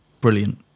brilliant